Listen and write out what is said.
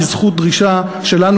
בזכות דרישה שלנו,